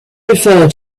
refer